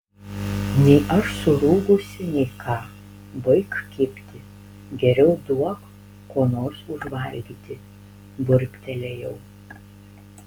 nei aš surūgusi nei ką baik kibti geriau duok ko nors užvalgyti burbtelėjau